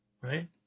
right